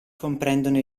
comprendono